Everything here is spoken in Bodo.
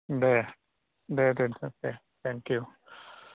दे दे दे नोंथां दे थेंकिउ